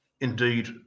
indeed